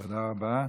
תודה רבה.